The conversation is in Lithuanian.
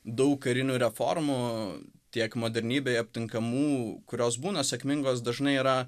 daug karinių reformų tiek modernybėje aptinkamų kurios būna sėkmingos dažnai yra